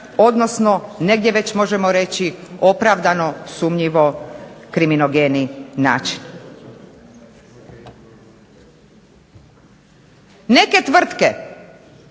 odnosno negdje možemo reći opravdano sumnjivo kriminogeni način. Neke tvrtke